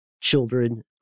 children